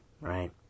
right